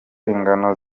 ingano